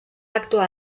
actuar